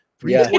three